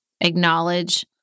acknowledge